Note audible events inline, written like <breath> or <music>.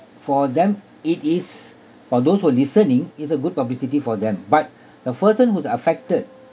for them it is for those who are listening is a good publicity for them but <breath> the person who's affected